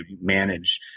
manage